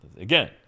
again